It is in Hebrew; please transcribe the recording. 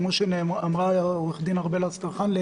כפי שאמרה עו"ד ארבל אסטרחן,